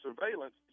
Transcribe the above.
surveillance